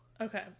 okay